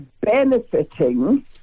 benefiting